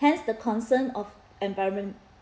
hence the concern of environment